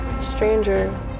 stranger